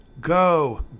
go